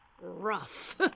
rough